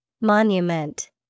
Monument